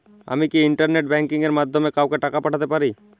আমি কি internet banking এর মাধ্যমে কাওকে টাকা পাঠাতে পারি?